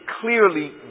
clearly